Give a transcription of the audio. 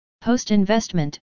Post-investment